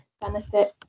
benefit